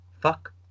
fuck